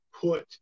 put